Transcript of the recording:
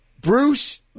Bruce